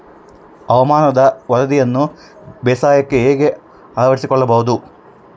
ಹವಾಮಾನದ ವರದಿಯನ್ನು ಬೇಸಾಯಕ್ಕೆ ಹೇಗೆ ಅಳವಡಿಸಿಕೊಳ್ಳಬಹುದು?